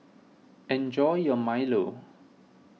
enjoy your Milo